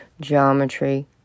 geometry